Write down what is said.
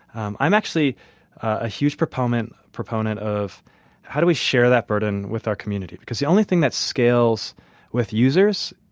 i'm actually a huge proponent proponent of how do we share that burden with our community? because the only thing that scales with users,